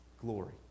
glory